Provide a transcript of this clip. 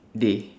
day